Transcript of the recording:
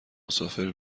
مسافر